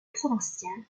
provinciale